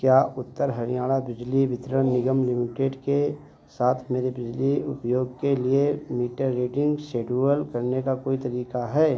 क्या उत्तर हरियाणा बिजली वितरण निगम लिमिटेड के साथ मेरे बिजली उपयोग के लिए मीटर रीडिंग शेड्यूल करने का कोई तरीका है